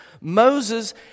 Moses